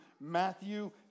Matthew